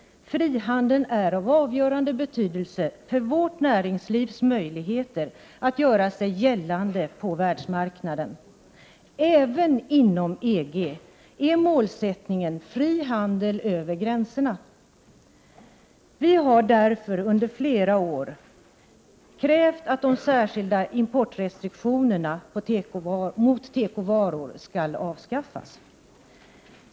Frihandeln är av avgörande betydelse för vårt näringslivs möjligheter att göra sig gällande på världsmarknaden. Även inom EG är målsättningen fri handel över gränserna. Vi har därför under flera år krävt att de särskilda importrestriktionerna mot tekovaror skall avskaffas.